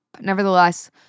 Nevertheless